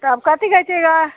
तो अब काटी गइचेगा